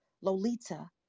Lolita